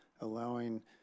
allowing